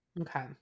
Okay